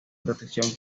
protección